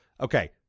okay